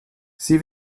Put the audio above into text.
sie